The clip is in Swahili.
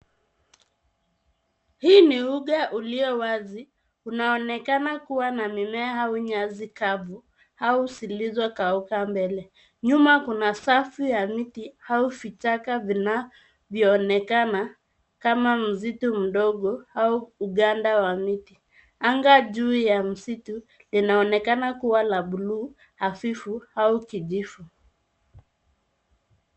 Hii ni uga ulio wazi unaonekana kua na mimea au nyasi kavu au zilizokauka mbele. Nyuma kuna safu ya miti au vichaka vinavyoonekana kama msitu mdogo au ukanda wa miti. Anga juu ya msitu linaonekana kua la blue hafifu au kijivu.